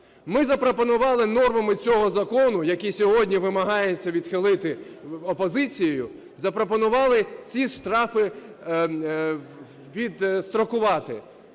Ми запропонували нормами цього закону, який сьогодні вимагається відхилити опозицією, запропонували ці штрафи відстрокувати